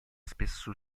spesso